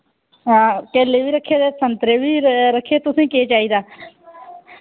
केले बी रक्खे दे संतरे बी रक्खे तुसें केह् चाहिदा